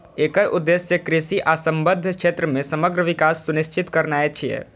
एकर उद्देश्य कृषि आ संबद्ध क्षेत्र मे समग्र विकास सुनिश्चित करनाय छियै